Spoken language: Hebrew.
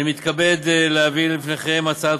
אני מתכבד להביא בפניכם לקריאה ראשונה